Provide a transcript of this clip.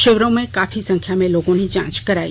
शिविरों में काफी संख्या में लोगों ने जांच कराई